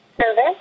service